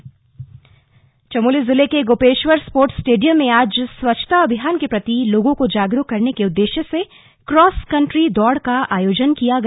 cross country Chamoli जिले के Gopeshwar sports stadium में आज स्वच्छता अभियान के प्रति लोगों को जागरूक करने के उददेश्य से क्रॉस कंट्री दौड़ का आयोजन किया गया